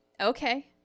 Okay